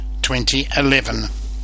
2011